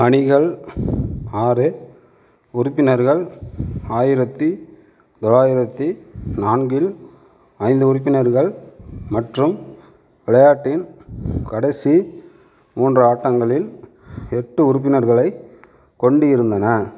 அணிகள் ஆறு உறுப்பினர்கள் ஆயிரத்தி தொள்ளாயிரத்தி நான்கில் ஐந்து உறுப்பினர்கள் மற்றும் விளையாட்டின் கடைசி மூன்று ஆட்டங்களில் எட்டு உறுப்பினர்களைக் கொண்டிருந்தன